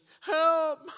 Help